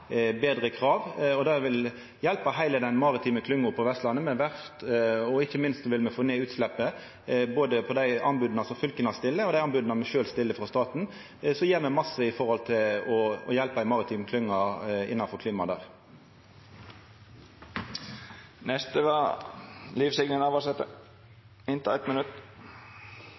krav. Det vil hjelpa heile den maritime klynga med verft på Vestlandet. Ikkje minst vil me få ned utsleppa når det gjeld både dei anboda som fylka lyser ut, og dei anboda som me sjølve lyser ut, frå staten. Me gjer mykje for å hjelpa ei maritim klynge